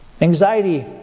Anxiety